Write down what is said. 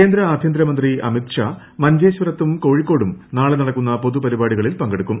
കേന്ദ്ര ആഭ്യന്തര മന്ത്രി അമിത് ഷാ മഞ്ചേശ്വരത്തും കോഴിക്കോടും നാളെ നടക്കുന്ന പൊതുപരിപാടികളിൽ പങ്കെടുക്കും